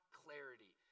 clarity